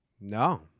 no